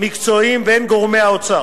המקצועיים והן גורמי האוצר.